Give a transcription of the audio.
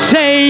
Say